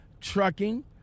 Trucking